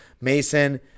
Mason